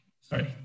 Sorry